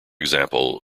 example